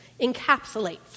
encapsulates